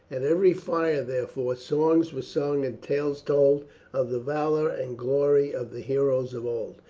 at every fire, therefore, songs were sung and tales told of the valour and glory of the heroes of old.